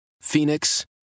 Phoenix